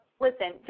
Listen